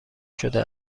شده